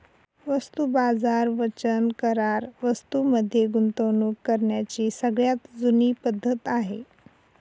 वस्तू बाजार वचन करार वस्तूं मध्ये गुंतवणूक करण्याची सगळ्यात जुनी पद्धत आहे